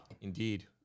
Indeed